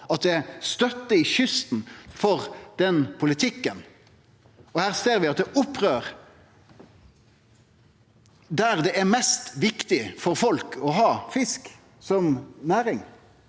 at det er støtte langs kysten for den politikken. Her ser vi at det er opprør der det er mest viktig for folk å ha fisk som næring,